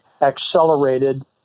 accelerated